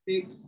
Six